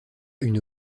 une